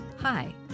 Hi